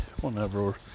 whenever